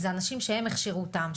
זה אנשים שהם הכשירו אותם,